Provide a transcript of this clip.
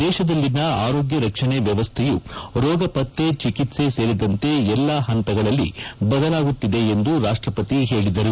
ದೇಶದಲ್ಲಿನ ಆರೋಗ್ಯ ರಕ್ಷಣೆ ವ್ಯವಸ್ಥೆಯು ರೋಗಪತ್ತೆ ಚಿಕಿತ್ಲೆ ಸೇರಿದಂತೆ ಎಲ್ಲಾ ಹಂತಗಳಲ್ಲಿ ಬದಲಾಗುತ್ತಿದೆ ಎಂದು ರಾಷ್ಟಪತಿ ಹೇಳಿದರು